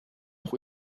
auch